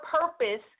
purpose